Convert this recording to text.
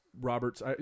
roberts